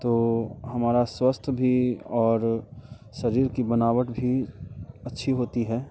तो हमारा स्वातही भी और शरीर की बनावट भी अच्छी होती है